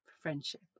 friendship